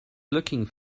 looking